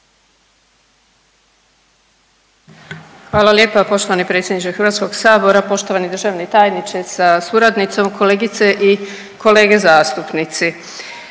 Hvala lijepa poštovani predsjedniče Hrvatskog sabora. Poštovani državni tajniče sa suradnicom, kolegice i kolege zastupnici,